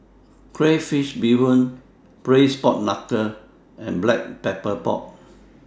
Crayfish Beehoon Braised Pork Knuckle and Black Pepper Pork